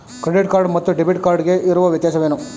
Credit card ಮತ್ತು debit card ಗೆ ಇರುವ ವ್ಯತ್ಯಾಸವೇನು?